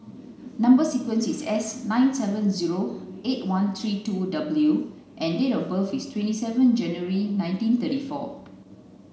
number sequence is S nine seven zero eight one three two W and date of birth is twenty seven January nineteen thirty four